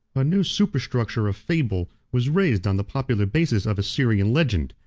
a new super structure of fable was raised on the popular basis of a syrian legend,